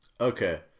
Okay